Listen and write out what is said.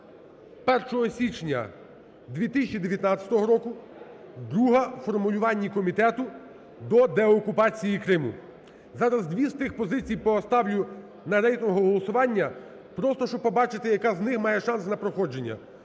1 січня 2019 року, друга – формулювання комітету до деокупації Криму. Зараз дві з тих позицій поставлю на рейтингове голосування, просто щоб побачити, яка з них має шанс на проходження.